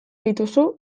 dituzu